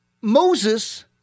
Moses